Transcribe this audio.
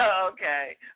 Okay